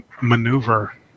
Maneuver